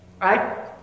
right